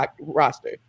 roster